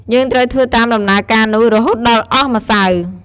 យើងត្រូវធ្វើតាមដំណើរការនោះ រហូតដល់អស់ម្សៅ។